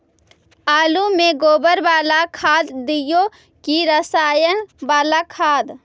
आलु में गोबर बाला खाद दियै कि रसायन बाला खाद?